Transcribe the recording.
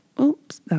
oops